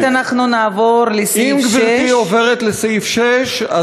כעת אנחנו נעבור לסעיף 6. אם גברתי עוברת לסעיף 6,